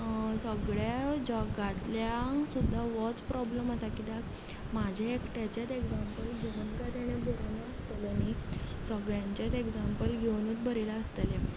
सगळ्या जगांतल्यांक सुद्दां होच प्रोब्लेम आसा किद्याक म्हाजें एकट्याचेंच एग्जांपल घेवन काय ताणे बरोव नासतलें न्ही सगल्यांचेंच एग्जांपल घेवनूत बरयलां आसतलें